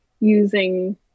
using